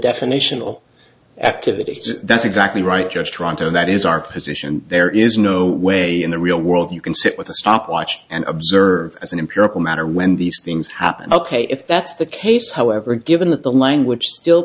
definitional activity that's exactly right just trying to and that is our position there is no way in the real world you can sit with a stopwatch and observe as an empirical matter when these things happen ok if that's the case however given that the language still